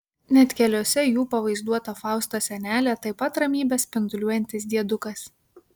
net keliuose jų pavaizduota faustos senelė taip pat ramybe spinduliuojantis diedukas